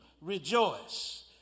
rejoice